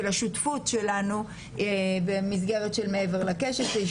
של השותפות שלנו במסגרת של מעבר לקשת,